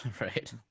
Right